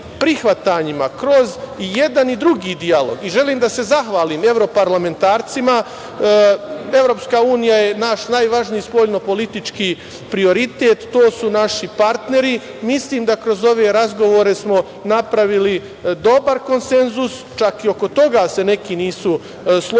kroz jedan i drugi dijalog i želim da se zahvalim evroparlamentarcima, jer je EU naš najvažniji spoljno politički prioritet, to su naši partneri. Mislim da kroz ove razgovore smo napravili dobar konsenzus, čak i oko toga se neki nisu složili